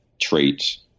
traits